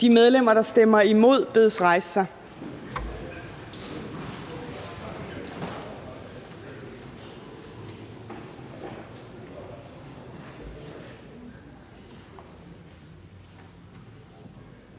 De medlemmer, der stemmer imod, bedes rejse sig.